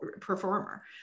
performer